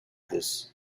this